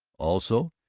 also,